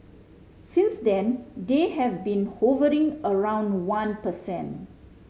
since then they have been hovering around one per cent